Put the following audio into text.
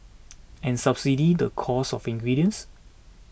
and subsidise the cost of ingredients